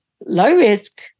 low-risk